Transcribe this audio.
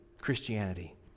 Christianity